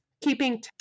keeping